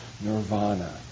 Nirvana